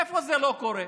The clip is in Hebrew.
איפה זה לא קורה?